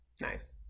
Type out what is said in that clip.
Nice